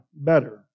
better